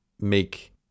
make